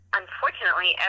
unfortunately